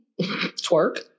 Twerk